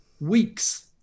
weeks